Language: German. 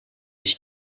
ich